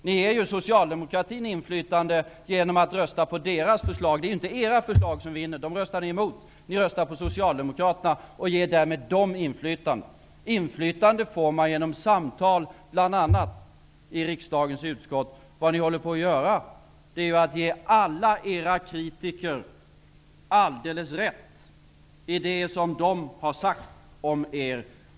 Ni ger ju socialdemokratin inflytande genom att rösta på dess förslag. Det är inte era förslag som vinner -- dem röstar ni emot och stöder i stället Socialdemokraternas, varigenom ni ger dem inflytande. Inflytande får man genom samtal bl.a. i riksdagens utskott. Vad ni håller på att göra är ju att ge alla era kritiker alldeles rätt i det som de har sagt om er.